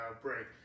break